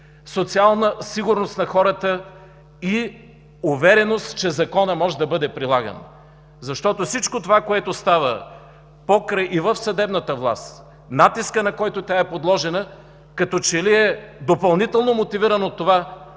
социална сигурност на хората и увереност, че законът може да бъде прилаган, защото всичко това, което става покрай и в съдебната власт, натискът, на който тя е подложена, като че ли е допълнително мотивиран от това